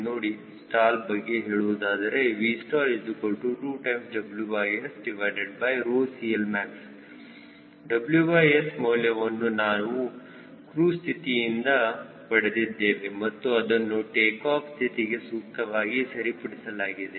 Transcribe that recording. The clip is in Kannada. ನೋಡಿ ಸ್ಟಾಲ್ ಬಗ್ಗೆ ಹೇಳುವುದಾದರೆ Vstall2WSCLmax WSಮೌಲ್ಯವನ್ನು ನಾವು ಕ್ರೂಜ್ ಸ್ಥಿತಿಯಿಂದ ಪಡೆದಿದ್ದೇವೆ ಮತ್ತು ಅದನ್ನು ಟೇಕಾಫ್ ಸ್ಥಿತಿಗೆ ಸೂಕ್ತವಾಗಿ ಸರಿಪಡಿಸಲಾಗಿದೆ